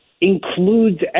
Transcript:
includes